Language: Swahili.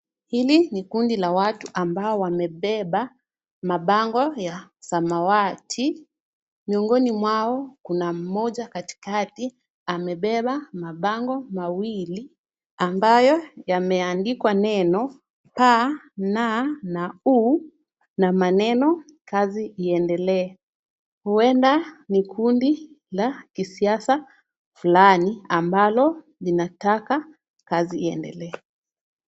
Hili ni kundi la watu ambao wamebeba mabango ya samawati, miongoni mwao kuna mmoja katikati amebeba mabango mawili, ambayo yameandikwa neno PNU na maneno kazi iendelee, huenda ni kundi la kisiasa fulani ambalo linataka kazi iendelee.